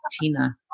Tina